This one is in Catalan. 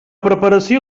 preparació